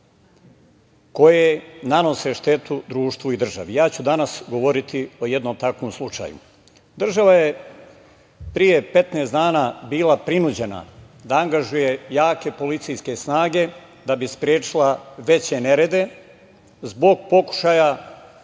koje nanose štetu društvu i državi i ja ću danas govoriti o jednom takvom slučaju. Država je pre 15 dana bila prinuđena da angažuje jake policijske snage da bi sprečila veće nerede zbog pokušaja